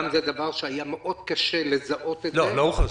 היה מאוד קשה לזהות את זה -- לא, לא הוכרזה.